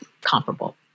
comparable